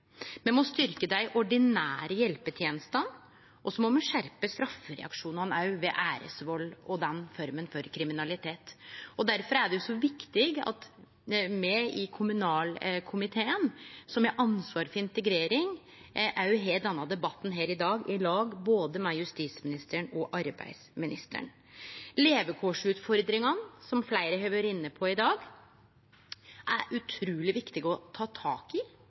Me må styrkje dei ordinære hjelpetenestene, og me må skjerpe straffereaksjonane òg ved æresvald og den forma for kriminalitet. Difor er det så viktig at me i kommunalkomiteen, som har ansvar for integrering, òg har denne debatten her i dag i lag med både justisministeren og arbeidsministeren. Levekårutfordringane, som fleire har vore inne på i dag, er det utruleg viktig å ta tak i.